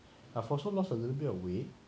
I've also lost a little bit of weight